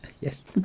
yes